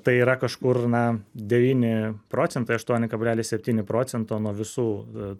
tai yra kažkur na devyni procentai aštuoni kablelis septyni procento nuo visų